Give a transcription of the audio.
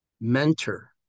mentor